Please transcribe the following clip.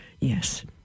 Yes